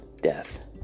death